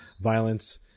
violence